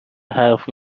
حرفی